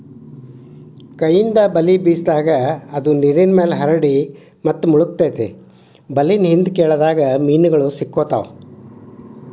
ಕೈಯಿಂದ ಬಲೆ ಬೇಸಿದಾಗ, ಅದು ನೇರಿನ್ಮ್ಯಾಲೆ ಹರಡಿ ಮತ್ತು ಮುಳಗತೆತಿ ಬಲೇನ ಹಿಂದ್ಕ ಎಳದಾಗ ಮೇನುಗಳು ಸಿಕ್ಕಾಕೊತಾವ